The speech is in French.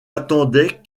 attendais